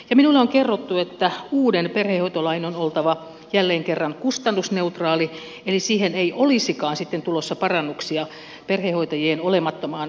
minulle on kerrottu että uuden perhehoitolain on oltava jälleen kerran kustannusneutraali eli siihen ei olisikaan sitten tulossa parannuksia perhehoitajien olemattomaan sosiaaliturvaan